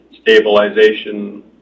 stabilization